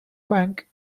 bank